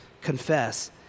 confess